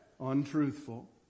untruthful